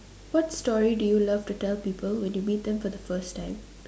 what story do you love to tell people when you meet them for the first time